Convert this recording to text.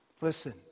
Listen